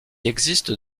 existe